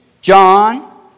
John